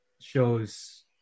shows